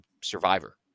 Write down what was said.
Survivor